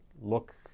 look